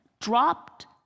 dropped